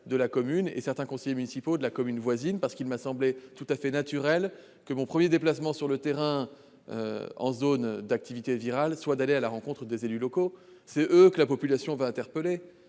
municipal et certains conseillers municipaux de la commune voisine, car il m'a semblé tout à fait naturel, dans le cadre de mon premier déplacement sur le terrain en zone d'activité virale, d'aller à la rencontre des élus locaux. Ce sont eux que la population interpellera,